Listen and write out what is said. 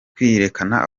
kwiyerekana